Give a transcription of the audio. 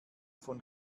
von